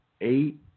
eight